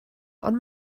ond